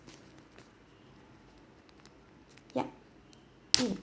yup mm